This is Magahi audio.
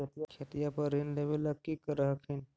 खेतिया पर ऋण लेबे ला की कर हखिन?